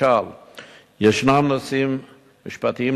ישנם נושאים משפטיים,